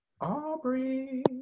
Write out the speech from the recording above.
Aubrey